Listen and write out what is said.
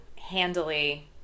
handily